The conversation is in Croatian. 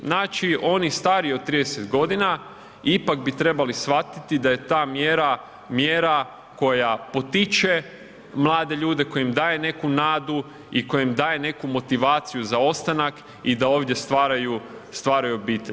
Znači oni stariji od 30 g. ipak bi trebali shvatiti da je ta mjera mjera koja potiče mlade ljude, koje im daj neku nadu i koja im daje neku motivaciju za ostanak i da ovdje stvaraju obitelj.